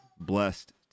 blessed